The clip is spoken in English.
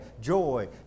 joy